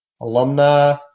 alumni